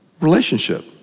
relationship